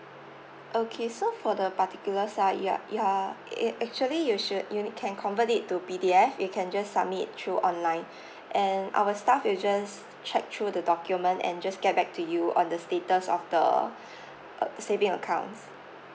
okay so for the particular side you you're it actually you should you need can convert it to P_D_F you can just submit through online and our staff will just check through the document and just get back to you on the status of the uh saving accounts